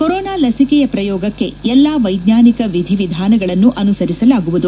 corona ಲಸಿಕೆಯ ಪ್ರಯೋಗಕ್ಕೆ ಎಲ್ಲಾ ವೈಜ್ವಾನಿಕ ಎಧಿವಿಧಾನಗಳನ್ನು ಆನುಸರಿಸಲಾಗುವುದು